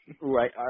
right